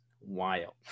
wild